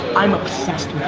i'm obsessed